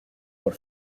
por